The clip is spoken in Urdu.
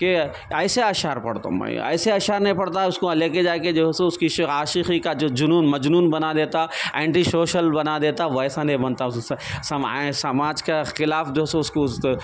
کہ ایسے اشعار پڑھتا ہوں میں ایسے اشعار نہیں پڑھتا اسکو لے جا کے جو سو اس کی عشق و عاشقی کا جنون مجنون بنا دیتا اینٹی شوشل بنا دیتا ویسا نہیں بنتا اس سے سماج کے خلاف جیسی اس کو